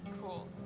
Cool